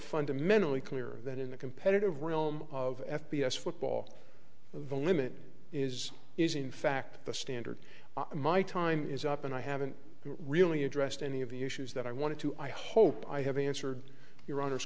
fundamentally clear that in the competitive realm of f b s football the limit is is in fact the standard my time is up and i haven't really addressed any of the issues that i wanted to i hope i have answered you